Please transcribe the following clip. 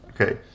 Okay